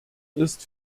ist